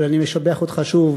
אבל אני משבח אותך שוב,